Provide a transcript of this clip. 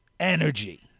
energy